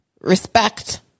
respect